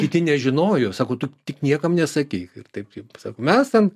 kiti nežinojo sako tu tik niekam nesakyk taip kaip sako mes ten